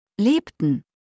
Lebten